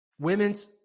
Women's